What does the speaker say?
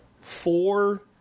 four